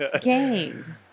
gained